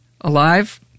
alive